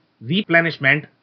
replenishment